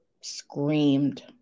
screamed